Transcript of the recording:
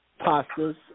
pastas